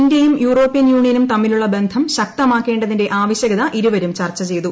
ഇന്ത്യയും യൂറോപ്യൻ യൂണിയനും തമ്മിലുള്ള ബന്ധം ശക്തമാക്കേണ്ടതിന്റെ ആവശ്യകത ഇരുവരും ചർച്ച ചെയ്തു